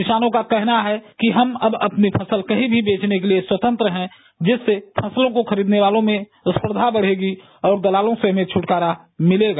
किसानों का कहना है कि हम अब अपनी फसल कहीं भी बेचने के लिये स्वतंत्र है जिससे फसलों को खरीदने वालों में स्पर्धा बढ़ेगी और दलालों से हमें छुटकारा मिलेगा